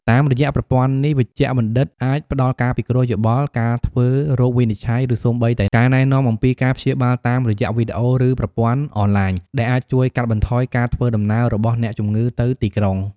តាមរយៈប្រព័ន្ធនេះ វេជ្ជបណ្ឌិតអាចផ្តល់ការពិគ្រោះយោបល់ ការធ្វើរោគវិនិច្ឆ័យ ឬសូម្បីតែការណែនាំអំពីការព្យាបាលតាមរយៈវីដេអូ ឬប្រព័ន្ធអនឡាញ ដែលអាចជួយកាត់បន្ថយការធ្វើដំណើររបស់អ្នកជំងឺទៅទីក្រុង។